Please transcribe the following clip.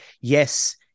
yes